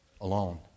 alone